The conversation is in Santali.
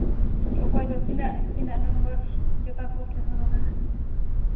ᱚᱠᱚᱭ ᱫᱚ ᱛᱤᱱᱟᱹᱜ ᱛᱤᱱᱟᱹᱜ ᱱᱟᱢᱵᱟᱨ ᱡᱩᱛᱟ ᱠᱚᱯᱮ ᱦᱚᱨᱚᱜᱟ